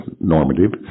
normative